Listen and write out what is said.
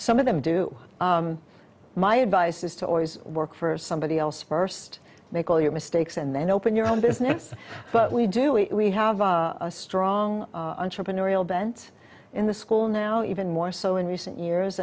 some of them do my advice is to always work for somebody else first make all your mistakes and then open your own business but we do we have a strong entrepreneurial bent in the school now even more so in recent years